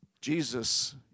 Jesus